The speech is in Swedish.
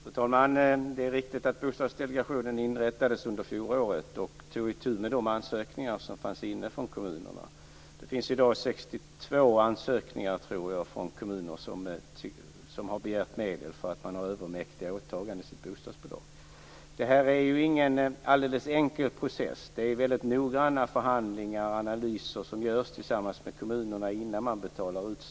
Fru talman! Det är riktigt att Bostadsdelegationen inrättades under fjolåret och tog itu med de ansökningar som fanns inne från kommunerna. I dag finns det, tror jag, 62 ansökningar från kommuner som begärt medel därför att man har övermäktiga åtaganden i sitt bostadsbolag. Det här är inte en alldeles enkel process. Väldigt noggranna förhandlingar och analyser görs tillsammans med kommunerna innan stöd betalas ut.